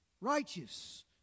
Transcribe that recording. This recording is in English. righteous